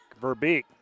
Verbeek